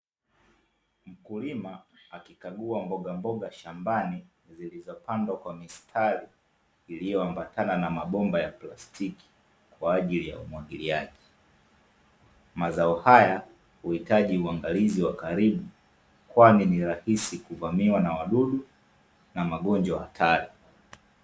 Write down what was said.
Mkulima akikagua mbogamboga shambani zilizopandwa kwa mistari iliyoambatana na mabomba ya plastiki kwa ajili ya umwagiliaji. Mazao haya huhitaji uangalizi wa karibu, kwani ni rahisi kuvamiwa na wadudu na magonjwa hatari.